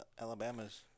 Alabama's